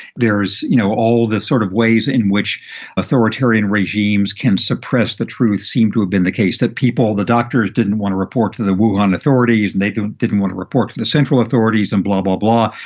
there is, you know, all the sort of ways in which authoritarian regimes can suppress the truth seemed to have been the case that people the doctors didn't want to report to the un authorities and they and didn't want to report to the central authorities and blah, blah, blah.